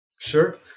Sure